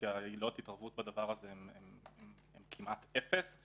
כי עילות ההתערבות בדבר הזה הן כמעט אפס?